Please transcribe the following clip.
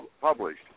published